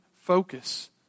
focus